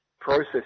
process